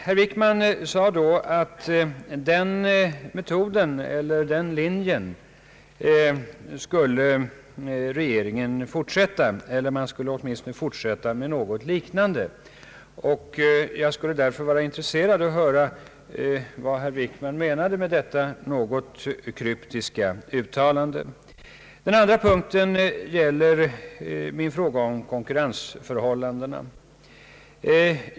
Herr Wickman sade då att den linjen skulle regeringen fortsätta. Man skulle fortsätta med något »liknande». Jag vore därför intresserad av att höra vad herr Wickman menade med detta något kryptiska uttalande. Den andra punkten gäller min fråga om konkurrensförhållandena.